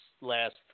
last